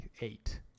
eight